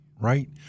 Right